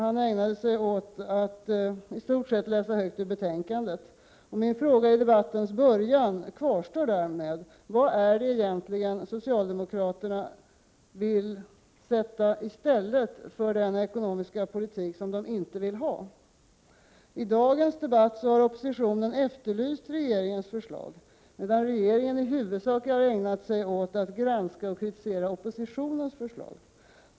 Han ägnade sig i stort sett åt att läsa högt ur betänkandet. Min fråga i debattens början kvarstår därmed: Vad är det egentligen socialdemokraterna vill sätta i stället för den ekonomiska politik som de inte vill ha? I dagens debatt har oppositionen efterlyst regeringens förslag, medan regeringen i huvudsak har ägnat sig åt att granska och kritisera oppositionens förslag.